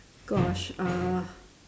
gosh uh